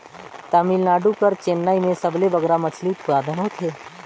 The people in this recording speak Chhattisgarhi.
तमिलनाडु कर चेन्नई में सबले बगरा मछरी उत्पादन होथे